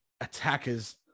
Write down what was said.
attackers